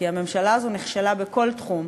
כי הממשלה הזו נכשלה בכל תחום.